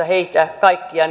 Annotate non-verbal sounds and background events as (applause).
(unintelligible) heitä kaikkia (unintelligible)